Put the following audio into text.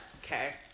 Okay